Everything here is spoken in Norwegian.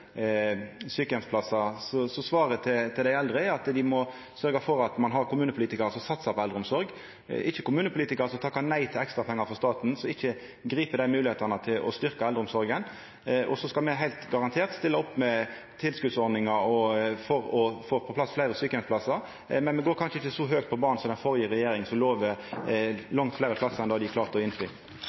Svaret til dei eldre er at dei må sørgja for at dei har kommunepolitikarar som satsar på eldreomsorg, ikkje kommunepolitikarar som takkar nei til ekstra pengar frå staten og ikkje grip moglegheitene til å styrkja eldreomsorga. Så skal me heilt garantert stilla opp med tilskotsordningar for å få på plass fleire sjukeheimsplassar, men me går kanskje ikkje så høgt på banen som den førre regjeringa, som lova langt fleire plassar enn dei klarte å innfri. Replikkordskiftet er